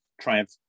Triumph